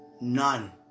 None